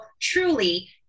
truly